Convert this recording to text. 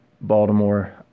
Baltimore